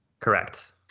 Correct